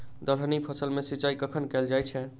दलहनी फसल मे सिंचाई कखन कैल जाय छै?